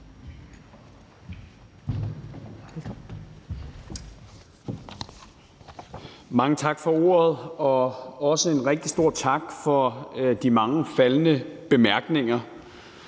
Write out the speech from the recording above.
Mange tak for ordet, og også en rigtig stor tak for de mange faldne bemærkninger.